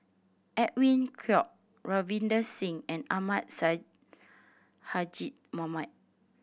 Edwin Koek Ravinder Singh and Ahmad Sonhadji Mohamad